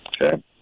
Okay